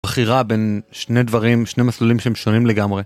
בחירה בין שני דברים שני מסלולים שהם שונים לגמרי.